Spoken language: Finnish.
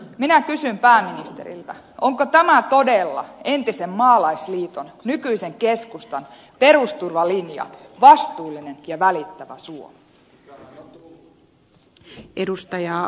minä kysyn pääministeriltä onko tämä todella entisen maalaisliiton nykyisen keskustan perusturvalinja vastuullinen ja välittävä suomi